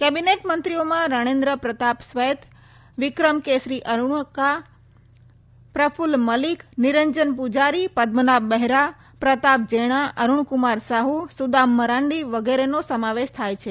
cabinet મંત્રીઓમાં રણેન્દ્ર પ્રતાપ સ્વૈત વિક્રમ કેસરી અરૂકા પ્રફુલ્લ મલિક નિરંજન પુજારી પદ્મનામ બહેરા પ્રતાપ જેણા અરૂણકુમાર સાહુ સુદામ મરાંડી વગેરેનો સમાવેશ થાય છે